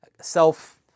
self